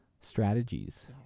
strategies